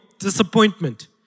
disappointment